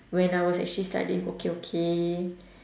when I was actually studying okay okay